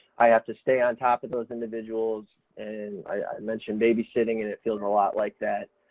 i have to stay on top of those individuals, and i mentioned babysitting and it feels a lot like that,